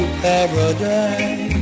paradise